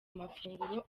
amafunguro